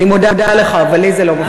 אני מודה לך, אבל לי זה לא מפריע.